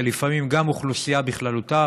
שלפעמים גם אוכלוסייה בכללותה,